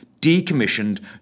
decommissioned